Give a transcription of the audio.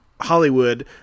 Hollywood